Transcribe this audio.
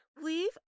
Leave